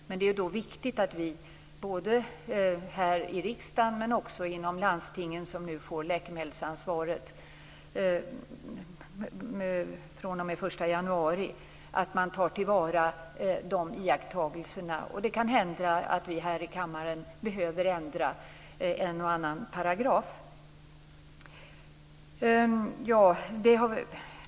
Men det är då viktigt att vi här i riksdagen men också inom landstingen, som får läkemedelsansvaret fr.o.m. 1 januari, tar till vara de iakttagelserna. Det kan hända att vi här i kammaren behöver ändra en och annan paragraf.